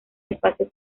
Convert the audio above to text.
espacio